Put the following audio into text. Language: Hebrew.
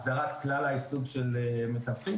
הסדרת כלל היישום של מתווכים.